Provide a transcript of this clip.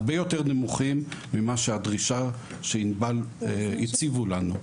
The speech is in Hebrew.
יהיו בסכומים הרבה יותר נמוכים ממה שבענבל הציבו לנו.